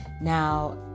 Now